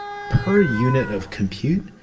per unit of compute,